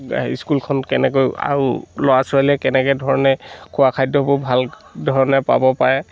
স্কুলখন কেনেকৈ আৰু ল'ৰা ছোৱালীয়ে কেনেকে ধৰণে খোৱা খাদ্যবোৰ ভালধৰণে পাব পাৰে